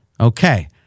Okay